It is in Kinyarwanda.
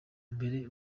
mbere